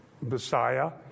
Messiah